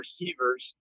receivers